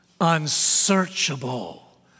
Unsearchable